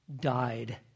died